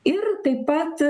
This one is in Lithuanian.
ir taip pat